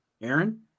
Aaron